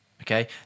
Okay